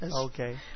Okay